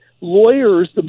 lawyers